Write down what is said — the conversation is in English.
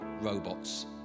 robots